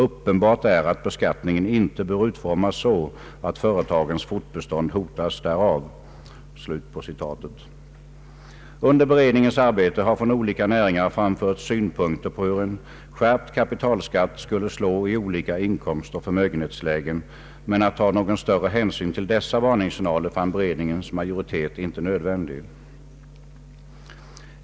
Uppenbart är att beskattningen inte bör utformas så, att företagens fortbestånd hotas därav.” Under beredningens arbete har från olika näringar framförts synpunkter på hur en skärpt kapitalskatt skulle slå i olika inkomstoch förmögenhetslägen, men att ta någon större hänsyn till dessa varningssignaler fann beredningens majoritet inte nödvändigt.